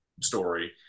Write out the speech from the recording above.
story